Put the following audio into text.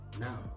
now